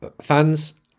fans